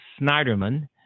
Snyderman